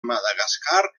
madagascar